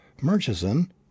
Murchison